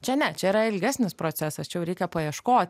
čia ne čia yra ilgesnis procesas čia jau reikia paieškot